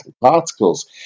particles